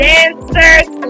Dancers